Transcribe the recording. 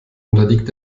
unterliegt